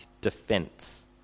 defense